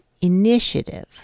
initiative